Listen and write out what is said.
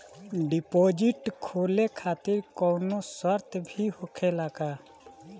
Deposit खोले खातिर कौनो शर्त भी होखेला का?